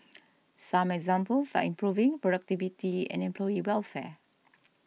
some examples are improving productivity and employee welfare